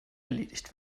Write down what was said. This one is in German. erledigt